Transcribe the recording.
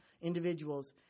individuals